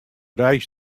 reis